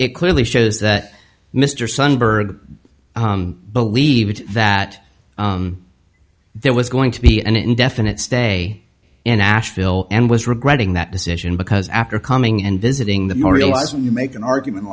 it clearly shows that mr sunbird believed that there was going to be an indefinite stay in nashville and was regretting that decision because after coming and visiting the more realize when you make an argument